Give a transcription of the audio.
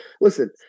listen